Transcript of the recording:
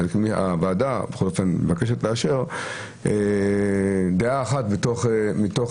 חלק מהוועדה בכל אופן מבקשת לאשר דעה אחת מתוך